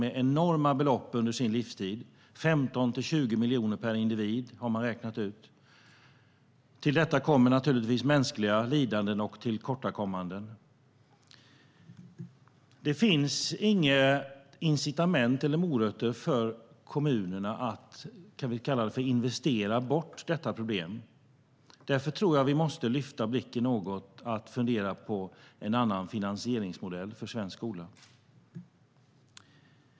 Man har räknat ut att det handlar om 15-20 miljoner per individ. Till detta kommer också mänskliga lidanden och tillkortakommanden. Det finns inga incitament för kommunerna att investera bort detta problem. Därför tror jag att vi måste fundera på en annan finansieringsmodell för svensk skola.